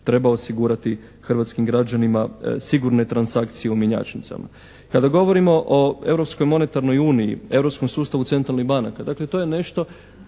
treba osigurati hrvatskim građanima sigurne transakcije u mjenjačnicama. Kada govorimo o Europskoj monetarnoj uniji, europskom sustavu centralnih banaka dakle to je nešto